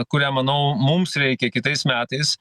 kurią manau mums reikia kitais metais